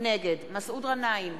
נגד מסעוד גנאים,